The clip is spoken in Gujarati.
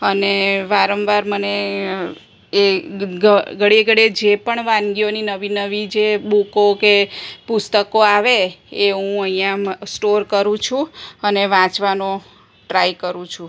અને વારંવાર મને એ ઘડીએ ઘડીએ જે પણ વાનગીઓની નવી નવી જે બુકો કે પુસ્તકો આવે એ હું અહીંયાં સ્ટોર કરું છું અને વાંચવાનો ટ્રાય કરું છું